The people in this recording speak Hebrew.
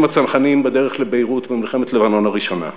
הצנחנים בדרך לביירות במלחמת לבנון הראשונה,